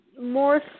more